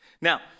Now